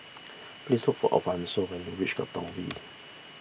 please look for Alfonso when you reach Katong V